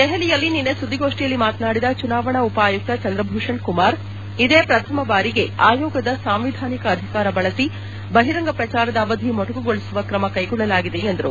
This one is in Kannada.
ದೆಹಲಿಯಲ್ಲಿ ನಿನ್ನೆ ಸುದ್ದಿಗೋಷ್ತಿಯಲ್ಲಿ ಮಾತನಾಡಿದ ಚುನಾವಣಾ ಉಪ ಆಯುಕ್ತ ಚಂದ್ರಭೂಷಣ್ ಕುಮಾರ್ ಇದೇ ಪ್ರಥಮ ಬಾರಿಗೆ ಆಯೋಗದ ಸಾಂವಿಧಾನಿಕ ಅಧಿಕಾರ ಬಳಸಿ ಬಹಿರಂಗ ಪ್ರಚಾರದ ಅವಧಿ ಮೊಟಕುಗೊಳಿಸುವ ಕ್ರಮ ಕೈಗೊಳ್ಳಲಾಗಿದೆ ಎಂದರು